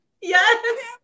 Yes